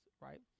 right